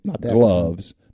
gloves